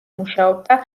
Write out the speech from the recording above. მუშაობდა